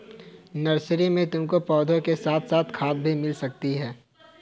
nursery में तुमको पौधों के साथ साथ खाद भी मिल सकती है